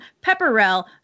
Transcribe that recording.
Pepperell